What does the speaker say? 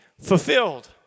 fulfilled